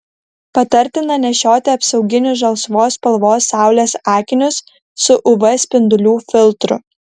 patartina nešioti apsauginius žalsvos spalvos saulės akinius su uv spindulių filtru